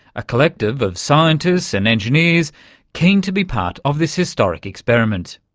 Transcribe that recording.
a collective of scientists and engineers keen to be part of this historic experiment.